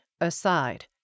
aside